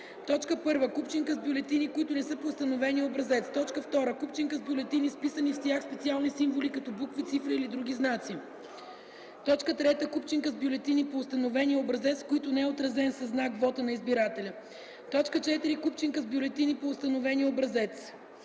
както следва: 1. купчинка с бюлетини, които не са по установения образец; 2. купчинка с бюлетини с вписани в тях специални символи като букви, цифри или други знаци; 3. купчинка с бюлетини по установения образец, в които не е отразен със знак вотът на избирателя; 4. купчинка с бюлетини по установения образец: